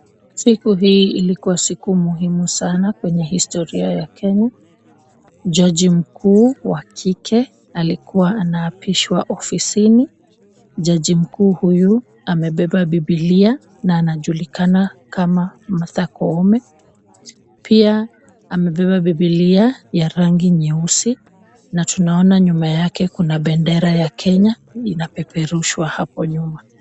Siku hii ilikuwa siku muhimu sana kwenye historia ya Kenya. Jaji mkuu wa kike alikuwa anaapishwa ofisini. Jaji mkuu huyu amebeba bibilia na anajulikana kama Martha Koome. Pia amebeba bibilia ya rangi nyeusi na tunaona nyuma yake kuna bendera ya Kenya inapeperushwa hapo nyuma.